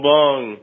Bong